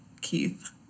Keith